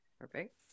Perfect